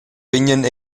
vegnan